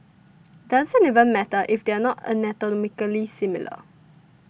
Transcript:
doesn't even matter if they're not anatomically similar